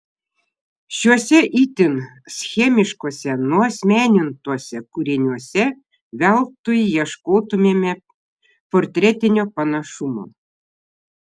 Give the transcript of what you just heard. šiuose itin schemiškuose nuasmenintuose kūriniuose veltui ieškotumėme portretinio panašumo